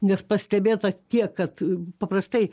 nes pastebėta tiek kad paprastai